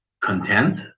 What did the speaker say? content